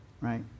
right